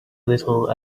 little